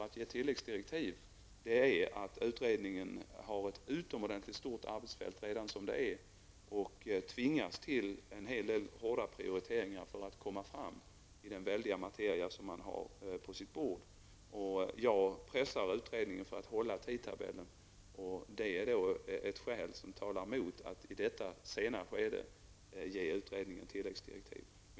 Utredningen har redan nu ett utomordentligt stort arbetsfält och tvingas till en del hårda prioriteringar för att komma igenom väldiga material man har på sitt bord. Detta tycker jag talar emot att ge utredningen tilläggsdirektiv. Jag pressar utredningen för att den skall hålla tidtabellen. Det är ett skäl som talar emot att i detta sena skede ge utredningen tilläggsdirektiv.